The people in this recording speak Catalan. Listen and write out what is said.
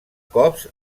cops